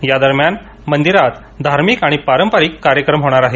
यादरम्यान मंदिरात धार्मिक आणि पारंपारिक कार्यक्रम होणार आहेत